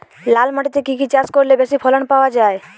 লাল মাটিতে কি কি চাষ করলে বেশি ফলন পাওয়া যায়?